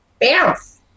bounce